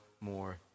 more